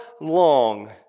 long